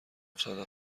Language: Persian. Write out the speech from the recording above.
صادق